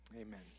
Amen